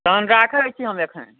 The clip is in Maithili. तहन राखै छी हम एखन